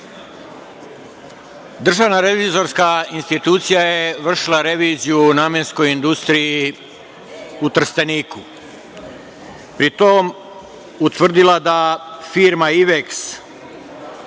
Državna revizorska institucija je vršila reviziju u Namenskoj industriji u Trsteniku. Pri tome je utvrdila da firma